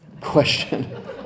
question